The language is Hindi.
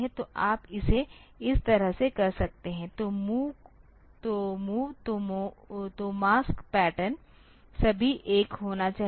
तो आप इसे इस तरह से कर सकते हैं तो मूव तो मास्क पैटर्न सभी 1 होना चाहिए